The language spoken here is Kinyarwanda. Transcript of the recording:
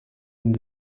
nzu